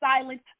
silent